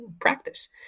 practice